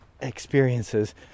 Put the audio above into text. experiences